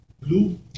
blue